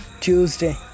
Tuesday